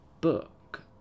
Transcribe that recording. book